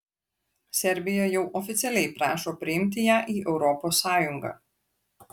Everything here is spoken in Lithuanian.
serbija jau oficialiai prašo priimti ją į europos sąjungą